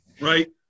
Right